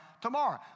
tomorrow